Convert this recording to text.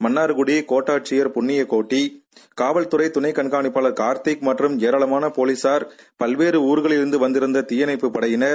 மன்னார்குடி கோட்டாட்சியர் புண்ணியக்கோட்டி காவல் துறை துணை கண்காணிப்பாளர் கார்த்திக் மற்றம் ஏராளமான போலீசார் பல்வேறு ஊர்களில் இருந்து வந்திருந்த தீயணைப்பு படையினர்